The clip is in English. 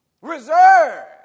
reserved